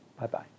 Bye-bye